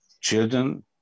children